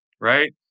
right